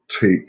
take